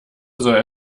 soll